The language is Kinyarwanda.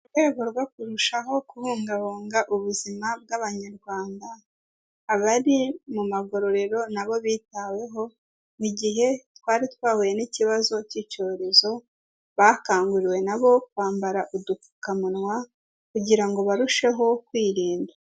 Mu rwego rwo kurushaho kubungabunga ubuzima bw'abanyarwanda, abari mu magororero nabo bitaweho, igihe twari twahuye n'ikibazo cy'icyorezo, bakanguriwe nabo kwambara udupfukamunwa, kugira ngo barusheho kwirinda.